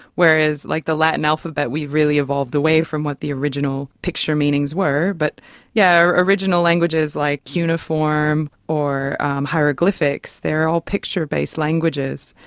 whereas, like the latin alphabet, we've really evolved away from what the original picture meanings were. but yes, yeah original languages like cuneiform or hieroglyphics, they are all picture based languages,